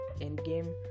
Endgame